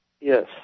Yes